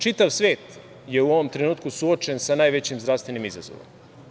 Čitav svet je u ovom trenutku suočen sa najvećim zdravstvenim izazovom.